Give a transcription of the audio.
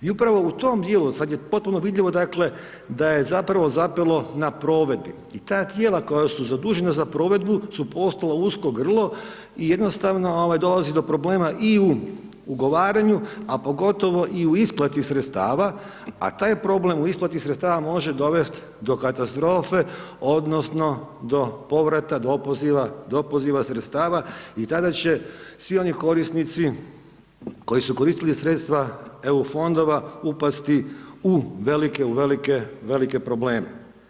I upravo u tim djelu, sad je potpuno vidljivo dakle da je zapravo zapelo na provedbi i ta tijela koja su zadužena za provedbu su postala usko grlo i jednostavno dolazi do problema i u ugovaranju a pogotovo i u isplati sredstava a taj problem u isplati sredstava može dovest do katastrofe odnosno do povrata, do opoziva sredstava i tada će svi oni korisnici koji su koristili sredstva EU fondova upasti u velike, u velike, velike probleme.